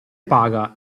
paga